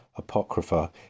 Apocrypha